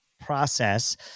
process